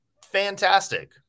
fantastic